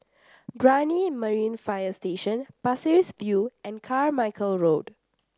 Brani Marine Fire Station Pasir Ris View and Carmichael Road